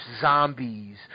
zombies